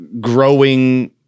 growing